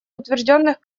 утвержденных